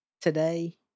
today